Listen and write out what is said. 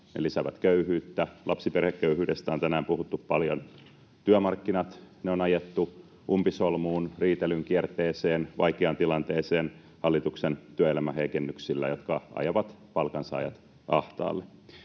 ne lisäävät köyhyyttä, lapsiperheköyhyydestä on tänään puhuttu paljon, työmarkkinat on ajettu umpisolmuun, riitelyn kierteeseen, vaikeaan tilanteeseen hallituksen työelämän heikennyksillä, jotka ajavat palkansaajat ahtaalle.